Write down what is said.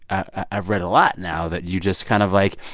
i've read a lot now that you just kind of, like,